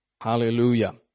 Hallelujah